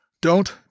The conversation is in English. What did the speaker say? Don't